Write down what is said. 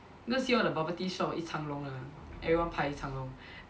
you know see all the bubble tea shop 一长龙的 everyone 排一长龙